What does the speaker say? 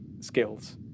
skills